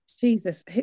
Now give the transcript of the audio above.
Jesus